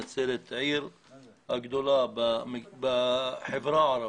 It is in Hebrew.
נצרת היא העיר הגדולה בחברה הערבית.